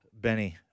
Benny